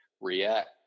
react